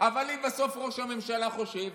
אבל אם בסוף ראש הממשלה חושב